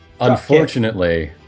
Unfortunately